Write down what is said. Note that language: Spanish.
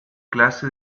clase